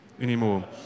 anymore